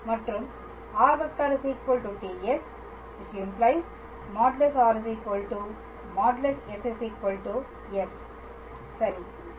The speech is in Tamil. மற்றும் r ts ⇒| r || s | s சரி